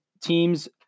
teams